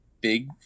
big